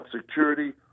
security